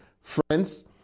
Friends